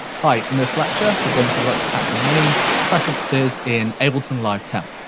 hi. in this lecture, we're going to look at the main preferences in ableton live ten.